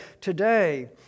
today